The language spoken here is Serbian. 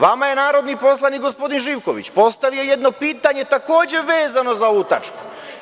Vama je narodni poslanik gospodin Živković postavio jedno pitanje takođe vezano za ovu tačku.